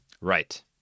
Right